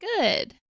good